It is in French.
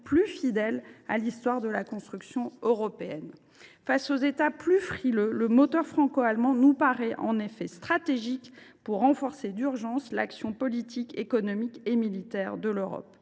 plus fidèles à l’histoire de la construction européenne ? Face aux États plus frileux, le moteur franco allemand nous paraît en effet stratégique pour renforcer, d’urgence, l’action politique, économique et militaire de l’Europe.